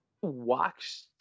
watch